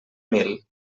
mil